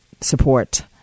support